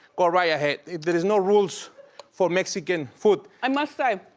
go right ahead. there is no rules for mexican food. i must say.